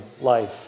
life